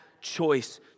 choice